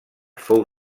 fou